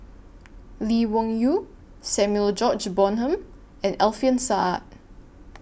Lee Wung Yew Samuel George Bonham and Alfian Sa'at